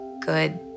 good